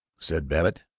said babbitt.